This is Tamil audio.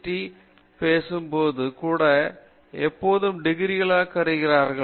டி பட்டத்தைப் பற்றி பேசும்போது கூட எப்போதும் டிகிரிகளாகக் கருதப்படுகிறார்கள்